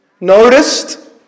noticed